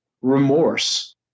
remorse